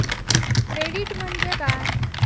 Credit म्हणजे काय?